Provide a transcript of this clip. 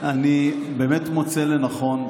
--- אני באמת מוצא לנכון,